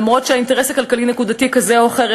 למרות אינטרס כלכלי נקודתי כזה או אחר,